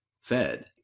fed